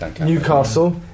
Newcastle